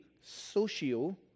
socio